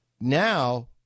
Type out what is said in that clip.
Now